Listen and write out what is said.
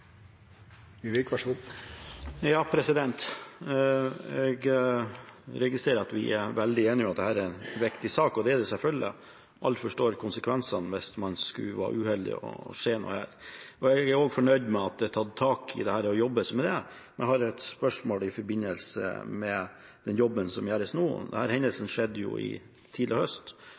en viktig sak. Det er det selvfølgelig, for alle forstår konsekvensene hvis man skulle være uheldig og noe skjedde. Jeg er også fornøyd med at det er tatt tak i dette, og at det jobbes med det, men jeg har et spørsmål i forbindelse med den jobben som gjøres nå. Denne hendelsen skjedde tidlig i høst,